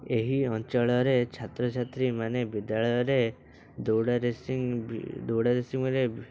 ଏହି ଅଞ୍ଚଳରେ ଛାତ୍ରଛାତ୍ରୀମାନେ ବିଦ୍ୟାଳୟରେ ଦୌଡ଼ା ରେସିଂ ବି ଦୌଡ଼ା ରେସିଂରେ